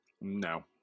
No